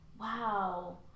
Wow